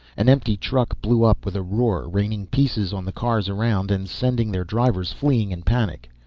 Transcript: an empty truck blew up with a roar, raining pieces on the cars around and sending their drivers fleeing in panic.